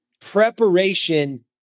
preparation